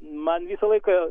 man visą laiką